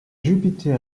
jupiter